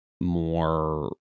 more